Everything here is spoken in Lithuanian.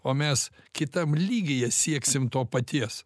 o mes kitam lygyje sieksim to paties